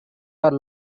are